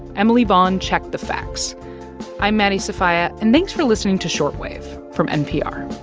emily vaughn checked the facts i'm maddie sofia, and thanks for listening to short wave from npr